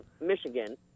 Michigan